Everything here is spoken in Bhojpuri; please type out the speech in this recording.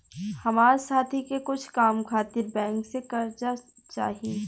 हमार साथी के कुछ काम खातिर बैंक से कर्जा चाही